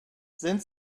sind